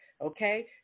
Okay